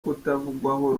kutavugwaho